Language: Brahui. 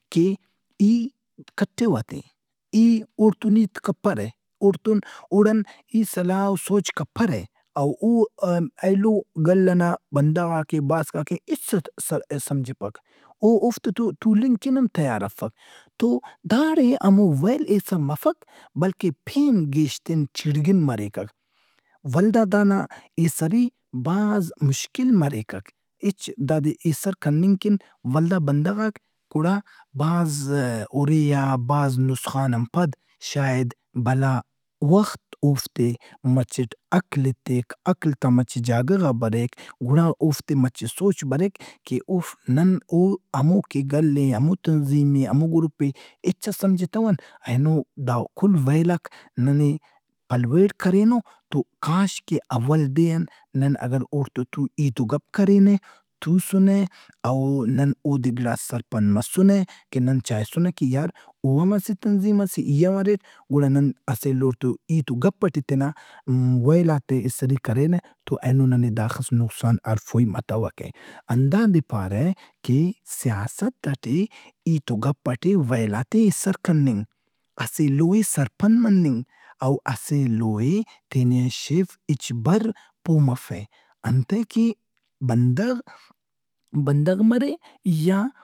کہ ای کھٹِوہ تہِ۔ ای اوڑتُن ہیت کپرہ۔ اوڑتُن- اوڑان ای صلاح و سوج کپرہ اَو او آ- ایلو گل ئنا بندغاک ئے باسکاک ئے ہچ سد-سہ- سمجھپکک۔ او اوفتے تو تُولنگ کن ہم تیار افک۔ تو داڑے ہمو ویل ایسر مفک بلکہ پین گیشن چیڑگِن مریکک۔ ولدا دانا ایسری بھاز مشکل مریکک۔ ہچ دادے ایسر کننگ کن ولدا بندغاک گُڑا بھاز اُرے آ بھاز نسخان ان پد شاید بلا- وخت اوفتے مچٹ عقل ایتک۔ عقل تا مچت جاگہ غا بریک۔ گُڑا اوفتے مچہ سوچ بریک کہ اوفک نن اوہمو کہ گل ئے، ہمو تنظیم ئے، ہمو گروپ ئے ہچس سمجھتون اینو دا کل ویلاک ننے پلویڑ کرینوتو کاش کہ اول دے ان نن اوڑ تو تُول- ہیت و گپ کرینہ، تُوسُنہ، او نن اودے گڑاس سرپند مسنہ کہ نن چائسنہ کہ یار او ہم اسہ تنظیم ئسے ای ہم اریٹ تو نن اسہ ایلوڑتو ہیت گپ ئٹے تینا ویلات ئے ایسری کرینہ، تو اینو ننے داخس نسخان ارفوئی متوکہ۔ ہنداد ئے پارہ کہ سیاست ئٹے، ہیت و گپ ئٹے ویلات ئے ایسر کننگ۔ اسہ ایلو سرپند مننگ او اسہ ایلوئے تینے آن شیف ہچ بر پو مفہ، انتئے کہ بندغ بندغ مرے یا۔